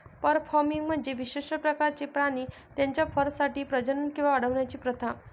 fur farming म्हणजे विशिष्ट प्रकारचे प्राणी त्यांच्या फरसाठी प्रजनन किंवा वाढवण्याची प्रथा